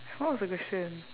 what was the question